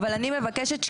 אבל אני מבקשת שקיפות.